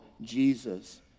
Jesus